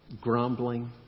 grumbling